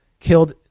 killed